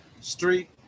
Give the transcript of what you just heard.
Street